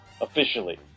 Officially